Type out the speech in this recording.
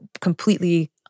completely